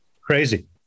crazy